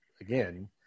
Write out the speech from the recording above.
again